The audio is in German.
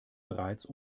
bereits